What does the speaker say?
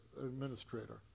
administrator